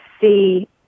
see